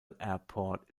airport